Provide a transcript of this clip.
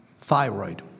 thyroid